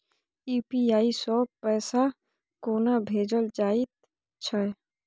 UPI सँ पैसा कोना भेजल जाइत छै?